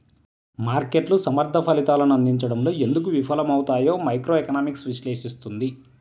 మార్కెట్లు సమర్థ ఫలితాలను అందించడంలో ఎందుకు విఫలమవుతాయో మైక్రోఎకనామిక్స్ విశ్లేషిస్తుంది